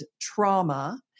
trauma